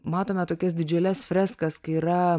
matome tokias didžiules freskas kai yra